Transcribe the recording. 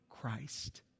Christ